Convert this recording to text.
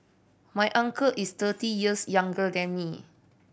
my uncle is thirty years younger than me